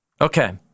Okay